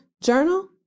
journal